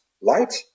light